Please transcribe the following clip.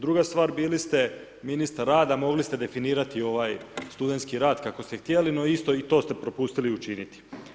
Druga stvar, bili ste ministar rada, mogli ste definirati ovaj studentski rad kako ste htjeli, no isto, i to ste prepustili to učiniti.